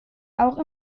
auch